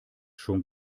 schon